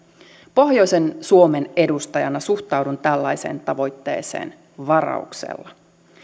pohjoisen suomen edustajana suhtaudun tällaiseen tavoitteeseen varauksella